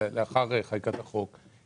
לאחר חקיקת החוק,